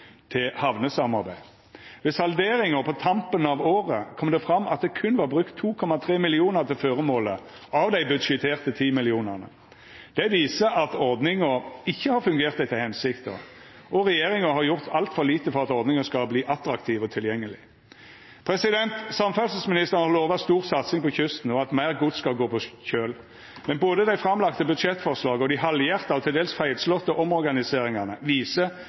til hamnesamarbeid. Ved salderinga på tampen av året kom det fram at det berre var brukt 2,3 mill. kr til føremålet av dei budsjetterte 10 mill. kr. Det viser at ordninga ikkje har fungert etter hensikta, og regjeringa har gjort altfor lite for at ordninga skal verta attraktiv og tilgjengeleg. Samferdselsministeren har lova stor satsing på kysten, og at meir gods skal gå på kjøl. Men både dei framlagde budsjettforslaga og dei halvhjerta og til dels feilslåtte omorganiseringane viser